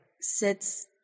sits